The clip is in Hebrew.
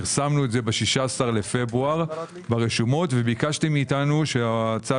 פרסמנו את זה ב-16 בפברואר ברשומות וביקשתם מאתנו שהצו